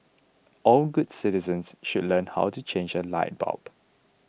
all good citizens should learn how to change a light bulb